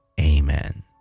Amen